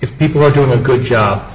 if people are doing a good job